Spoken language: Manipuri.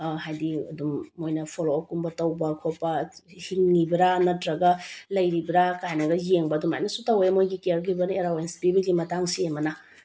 ꯍꯥꯏꯗꯤ ꯑꯗꯨꯝ ꯃꯣꯏꯅ ꯐꯣꯜꯂꯣ ꯑꯣꯞ ꯀꯨꯝꯕ ꯇꯧꯕ ꯈꯣꯠꯄ ꯍꯤꯡꯉꯤꯕ꯭ꯔ ꯅꯠꯇ꯭ꯔꯒ ꯂꯩꯔꯤꯕ꯭ꯔ ꯀꯥꯏꯅꯒ ꯌꯦꯡꯕ ꯑꯗꯨꯃꯥꯏꯅꯁꯨ ꯇꯧꯏ ꯃꯣꯏꯒꯤ ꯀꯤꯌꯔ ꯒꯤꯕꯟ ꯑꯦꯂꯥꯋꯦꯟꯁ ꯄꯤꯕꯒꯤ ꯃꯇꯥꯡꯁꯤ ꯑꯃꯅ